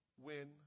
win